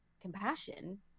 compassion